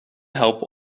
helpen